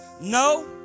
no